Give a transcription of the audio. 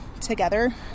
together